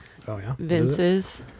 Vince's